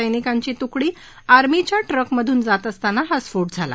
सैनिकांची तुकडी आर्मीच्या ट्रकमधून जात असताना हा स्फोट झाला